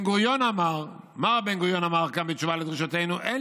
מר בן-גוריון אמר כאן בתשובה על דרישותינו: אין